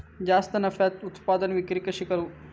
जास्त नफ्याक उत्पादन विक्री कशी करू?